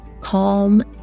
calm